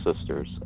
sisters